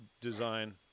design